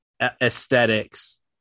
aesthetics